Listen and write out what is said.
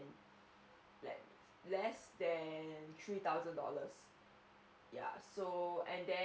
less than three thousand dollars ya so and then